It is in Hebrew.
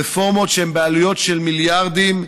רפורמות בעלויות של מיליארדים,